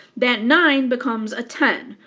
that nine becomes a ten.